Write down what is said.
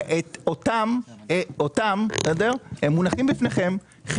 והם מונחים לפניכם,